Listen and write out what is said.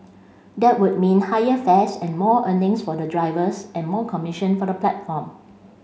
that would mean higher fares and more earnings for the drivers and more commission for the platform